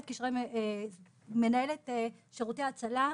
כמנהלת שירותי הצלה,